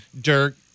Dirk